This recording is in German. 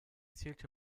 zählte